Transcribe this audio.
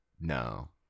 No